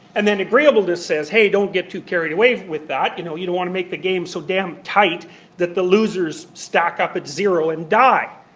and then agreeableness says hey, don't get too carried away with that. you know, you don't want to make the game so damn tight that the losers stack up at zero and die.